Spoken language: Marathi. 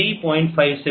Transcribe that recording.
01sin 50t 3